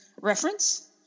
reference